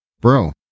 Bro